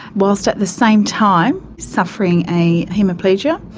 whilst at the same time suffering a hemiplegia.